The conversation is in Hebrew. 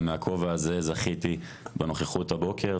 ומהכובע הזה זכיתי בנוכחות הבוקר,